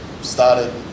started